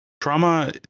trauma